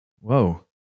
whoa